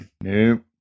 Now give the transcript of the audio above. Nope